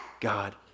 God